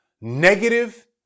negative